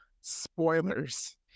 spoilers